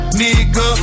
nigga